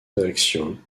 réactions